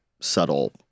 subtle